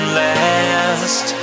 last